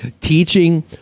teaching